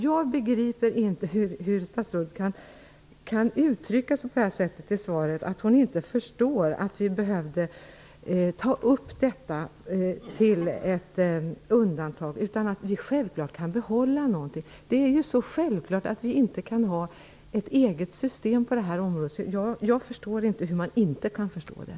Jag begriper inte hur statsrådet kan uttrycka sig på det sätt som hon gör i svaret. Statsrådet förstår inte att Sverige behövde ta upp denna fråga för att få ett undantag till stånd utan påstår att vi självklart kan behålla vårt system. Jag anser att det är självklart att vi inte kan ha ett eget system på detta område, och jag förstår inte att man inte kan förstå det.